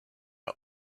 are